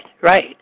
Right